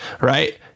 right